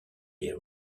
les